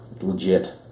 Legit